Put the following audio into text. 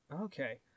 Okay